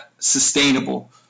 Sustainable